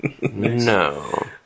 No